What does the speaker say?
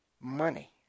Money